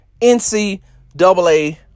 NCAA